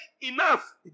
enough